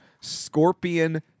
scorpion